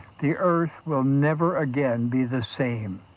the earth will never again be the same,